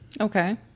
Okay